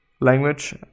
Language